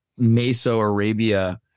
Meso-Arabia